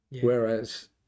Whereas